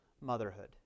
motherhood